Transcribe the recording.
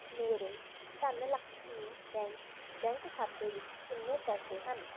ਮੇਰੇ Dhanlaxmi bank bank ਖਾਤੇ ਵਿੱਚ ਕਿੰਨੇ ਪੈਸੇ ਹਨ